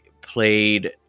played